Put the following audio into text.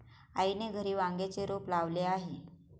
आईने घरी वांग्याचे रोप लावले आहे